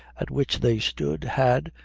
at which they stood, had,